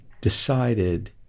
decided